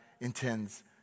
intends